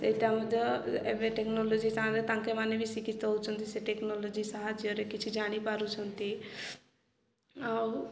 ସେଇଟା ମଧ୍ୟ ଏବେ ଟେକ୍ନୋଲୋଜି ସାଙ୍ଗେ ତାଙ୍କେମାନେ ବି ଶିକ୍ଷିତ ହେଉଛନ୍ତି ସେ ଟେକ୍ନୋଲୋଜି ସାହାଯ୍ୟରେ କିଛି ଜାଣିପାରୁଛନ୍ତି ଆଉ